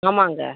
ஆமாங்க